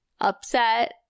upset